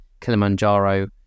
Kilimanjaro